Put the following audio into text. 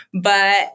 But-